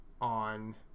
on